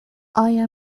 آیا